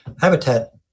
Habitat